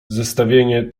zestawienie